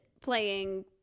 playing